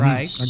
Right